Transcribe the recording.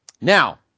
Now